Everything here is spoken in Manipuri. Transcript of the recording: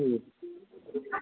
ꯎꯝ